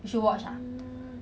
you should watch ah